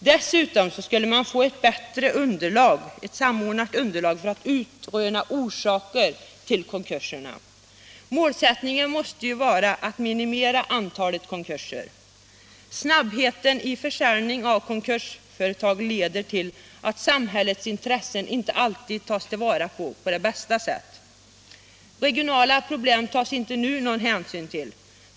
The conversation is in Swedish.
Dessutom skulle man få ett bättre samordnat underlag för att utröna orsaker till konkurser. Målsättningen måste vara att minimera antalet konkurser. Snabbheten vid försäljning av konkursföretag leder till att samhällets intressen inte alltid tillvaratas på bästa sätt. Regionala problem tas inte nu någon hänsyn till.